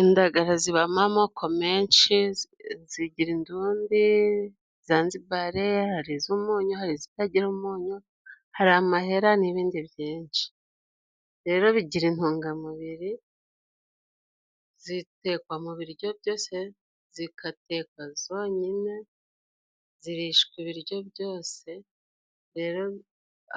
Indagara zibamo amoko menshi : zigira indundi, zazibare, hari iz'umunyu, izitagira umunyu, hari amahera n'ibindi byinshi rero bigira intungamubiri. Zitekwa mu biryo byose, zigatekwa zonyine, zirishwa ibiryo byose rero